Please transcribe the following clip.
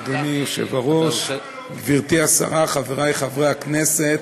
אדוני היושב-ראש, גברתי השרה, חבריי חברי הכנסת,